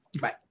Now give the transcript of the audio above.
Bye